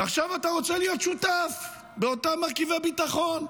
ועכשיו אתה רוצה להיות שותף באותם מרכיבי ביטחון.